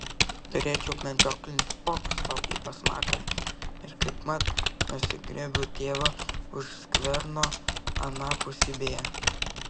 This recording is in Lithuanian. turėčiau medžioklinį pokšt sau į pasmakrę ir kaipmat nusigriebiu tėvą už skverno anapusybėje